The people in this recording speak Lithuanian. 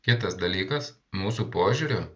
kitas dalykas mūsų požiūriu